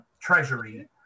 treasury